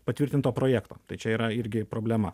patvirtinto projekto tai čia yra irgi problema